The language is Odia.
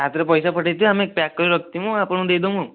ତା ହାତରେ ପଇସା ପଠେଇଥିବେ ଆମେ ପ୍ୟାକ୍ କରି ରଖିଥିମୁ ଆପଣଙ୍କୁ ଦେଇଦେମୁ ଆଉ